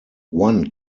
one